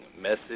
message